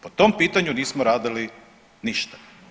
Po tom pitanju nismo radili ništa.